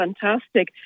fantastic